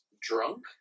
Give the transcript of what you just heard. Drunk